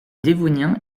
dévonien